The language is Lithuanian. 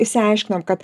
išsiaiškinom kad